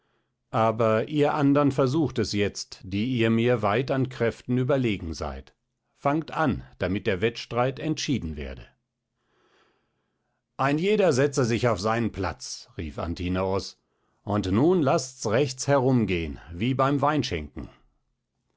aber ihr andern versucht es jetzt die ihr mir weit an kräften überlegen seid fangt an damit der wettstreit entschieden werde ein jeder setze sich auf seinen platz rief antinoos und nun laßt's rechts herum gehen wie beim weinschenken